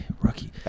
rookie